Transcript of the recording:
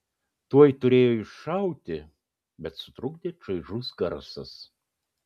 tuoj turėjo iššauti bet sutrukdė čaižus garsas